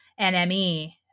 NME